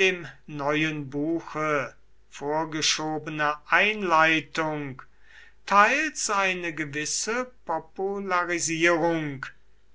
dem neuen buche vorgeschobene einleitung teils eine gewisse popularisierung